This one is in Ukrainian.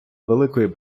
великої